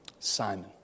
Simon